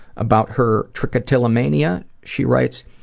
about her trichotillomania, she writes,